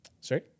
Sorry